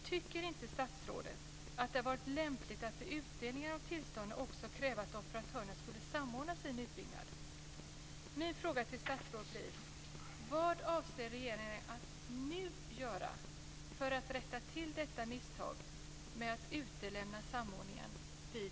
Tycker inte statsrådet att det hade varit lämpligt att vid utdelningen av tillstånden också kräva att operatörerna skulle samordna sin utbyggnad?